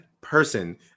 person